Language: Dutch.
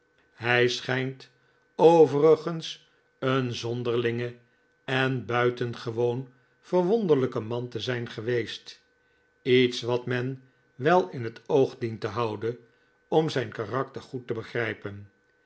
hij schijnt overigens een zonderlinge en buitengewoon verwonderlijke man te zijn geweest iets wat men wel in t oog dient te houden om zijn karakter goed te begrijpen